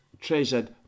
treasured